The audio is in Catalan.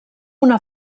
una